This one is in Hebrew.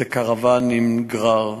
זה קרוון עם גרר,